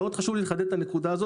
מאוד חשוב לי לחדד את הנקודה הזאת.